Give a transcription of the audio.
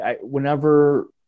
whenever